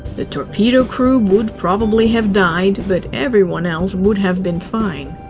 the torpedo crew would probably have died, but everyone else would have been fine.